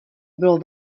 bylo